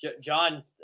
John